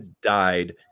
died